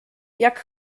jak